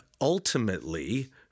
Ultimately